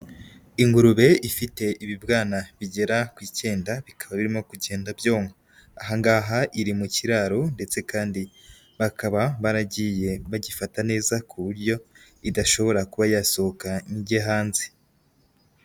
Ingurube ifite ibibwana bigera ku icyenda bikaba birimo kugenda byonka. Aha ngaha iri mu kiraro ndetse kandi bakaba baragiye bagifata neza ku buryo idashobora kuba yasohoka ngo ijye hanze.